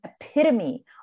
epitome